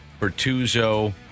Bertuzzo